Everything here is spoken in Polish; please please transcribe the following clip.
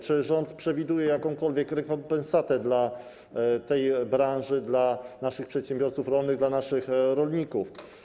Czy rząd przewiduje jakąkolwiek rekompensatę dla tej branży, dla naszych przedsiębiorców rolnych, dla naszych rolników?